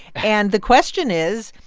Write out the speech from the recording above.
and the question is,